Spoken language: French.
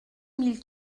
mille